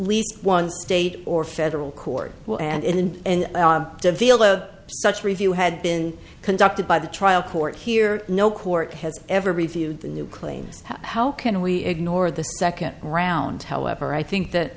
least one state or federal court and to feel the such review had been conducted by the trial court here no court has ever reviewed the new claims how can we ignore the second round however i think that